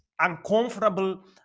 uncomfortable